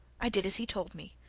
i did as he told me,